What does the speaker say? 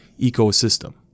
ecosystem